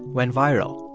went viral.